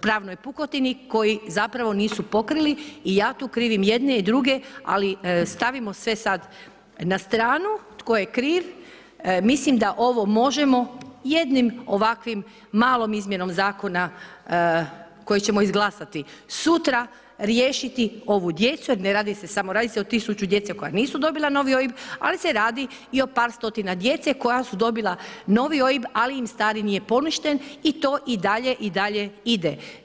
pravnoj pukotini koju zapravo nisu pokrili i ja tu krivim jedne i druge ali stavimo sve sad na stranu tko je kriv, mislim da ovo možemo jednom ovakvom malom izmjenom zakona koji ćemo izglasati sutra, riješiti ovu djecu jer ne radi se samo o 1000 djece koja nisu dobila novi OIB ali se radi i o par stotina djece koja su dobila novi OIB ali im je stari poništen i to i dalje i dalje ide.